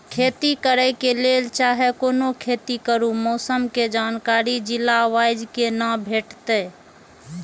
खेती करे के लेल चाहै कोनो खेती करू मौसम के जानकारी जिला वाईज के ना भेटेत?